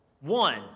One